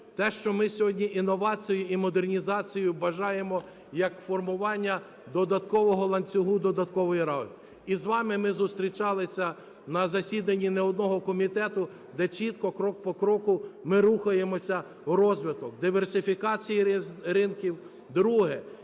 те, що ми сьогодні інновацію і модернізацію бажаємо як формування додаткового ланцюгу, додаткової ролі. І з вами ми зустрічалися на засіданні не одного комітету, де чітко, крок по кроку ми рухаємося в розвиток диверсифікації ринків,